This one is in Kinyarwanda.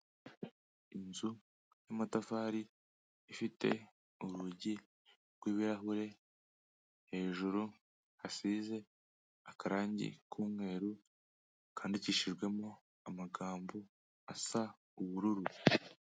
Inzu y'amatafari, ifite urugi rw'ibirahure, hejuru hasize akarangi k'umweru, kandikishijwemo amagambo asa ubururu.